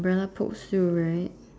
umbrella pokes through right